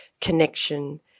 connection